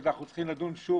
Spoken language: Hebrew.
ואנו צריכים לדון שוב,